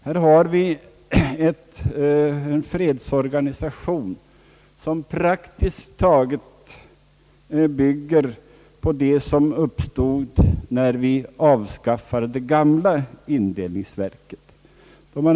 Här har vi en fredsorganisation som praktiskt taget bygger på det som uppstod när vi avskaffade det gamla indelningsverket.